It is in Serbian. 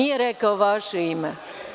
Nije rekao vaše ime.